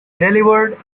delivered